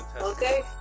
Okay